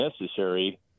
necessary